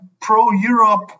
pro-Europe